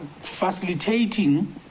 facilitating